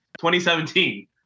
2017